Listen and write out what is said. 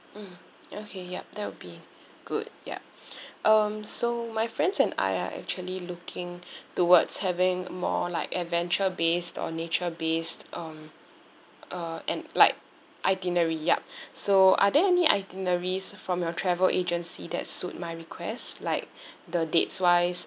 mm okay yup that would be good yup um so my friends and I are actually looking towards having more like adventure based or nature based um uh and like itinerary yup so are there any itineraries from your travel agency that suit my request like the dates wise